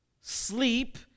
sleep